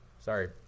Sorry